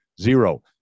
Zero